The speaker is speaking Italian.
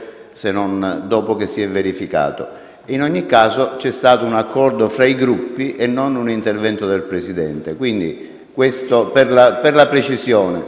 se non dopo che si è verificato; in ogni caso, inoltre, c'è stato un accordo tra i Gruppi e non un intervento del Presidente. Questo per la precisione.